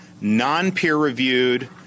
non-peer-reviewed